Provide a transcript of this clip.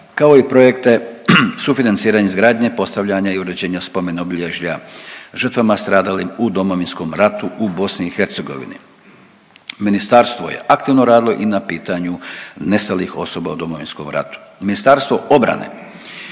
kao i projekte sufinanciranje izgradnje, postavljanje i uređenja spomen obilježja žrtvama stradalim u Domovinskom ratu u BiH. Ministarstvo je aktivno radilo i na pitanju nestalih osoba u Domovinskom ratu.